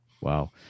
Wow